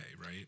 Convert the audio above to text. right